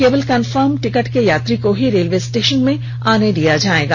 केवल confirm ticket के यात्री को ही रेलवे स्टेशन में आने दिया जाएगा